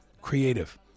creative